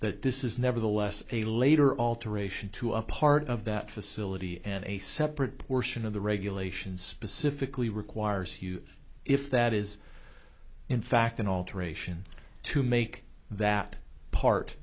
that this is nevertheless a later alteration to a part of that facility and a separate portion of the regulations specifically requires you if that is in fact an alteration to make that part